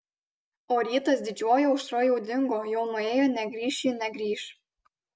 o rytas didžioji aušra jau dingo jau nuėjo negrįš ji negrįš